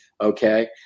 okay